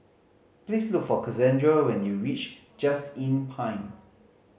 please look for Cassandra when you reach Just Inn Pine